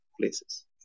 places